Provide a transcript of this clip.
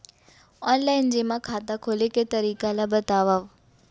Online जेमा खाता खोले के तरीका ल बतावव?